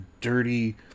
dirty